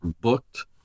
booked